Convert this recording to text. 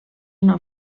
una